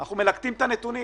אנחנו מלקטים את הנתונים